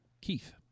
Keith